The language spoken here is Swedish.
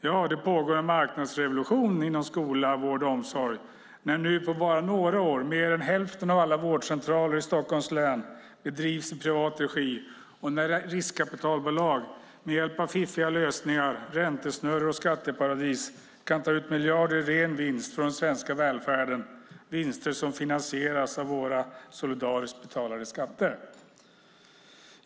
Ja, det pågår en marknadsrevolution inom skola, vård och omsorg när nu på bara några år mer hälften av alla vårdcentraler i Stockholms län bedrivs i privat regi och när riskkapitalbolag med hjälp av fiffiga lösningar, räntesnurror och skatteparadis kan ta ut miljarder i ren vinst från den svenska välfärden. Det är vinster som finansieras av våra solidariskt betalade skatter.